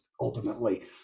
ultimately